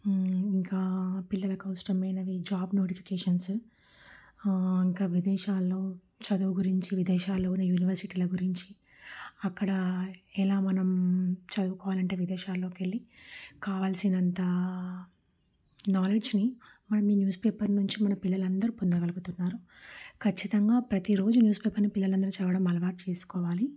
ఇంకా పిల్లలకు అవసరమైనవి జాబ్ నోటిఫికేషన్సు ఇంకా విదేశాల్లో చదువు గురించి విదేశాల్లోని యూనివర్సిటీల గురించి అక్కడ ఎలా మనం చదువుకోవాలి అంటే విదేశాల్లోకి వెళ్ళి కావలసిన అంత నాలెడ్జ్ని మనం ఈ న్యూస్ పేపర్ నుంచి మన పిల్లలందరూ పొందగలుగుతున్నారు ఖచ్చితంగా ప్రతీరోజు న్యూస్ పేపర్ని పిల్లలందరూ చదవడం అలవాటు చేసుకోవాలి